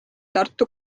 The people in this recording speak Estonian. tartu